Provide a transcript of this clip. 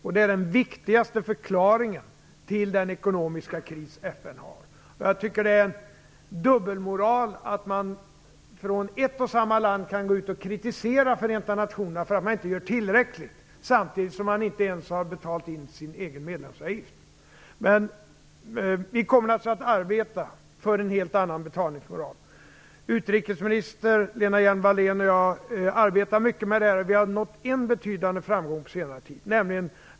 Detta är den viktigaste förklaringen till den ekonomiska kris som FN Jag tycker att det är dubbelmoral att man från ett och samma land kan kritisera Förenta nationerna för att inte göra tillräckligt, samtidigt som man inte ens har betalat in sin egen medlemsavgift. Vi kommer naturligtvis att arbeta för en helt annan betalningsmoral. Utrikesminister Lena Hjelm-Wallén och jag arbetar mycket med det här, och vi har nått en betydande framgång på senare tid.